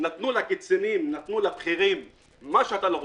נתנו לקצינים, נתנו לבכירים מה שאתה לא רוצה,